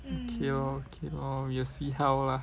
okay lor okay lor we'll see how lah